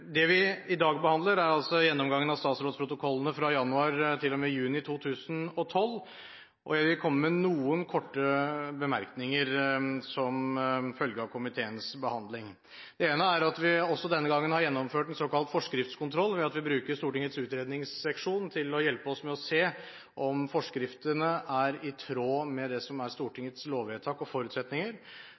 Det vi i dag behandler, er gjennomgangen av statsrådsprotokollene fra januar til og med juni 2012. Jeg vil komme med noen korte bemerkninger som følge av komiteens behandling. Det ene er at vi også denne gangen har gjennomført en såkalt forskriftskontroll ved at vi bruker Stortingets utredningsseksjon til å hjelpe oss med å se om forskriftene er i tråd med det som er Stortingets lovvedtak og forutsetninger.